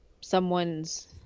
someone's